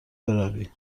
بروی